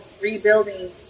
rebuilding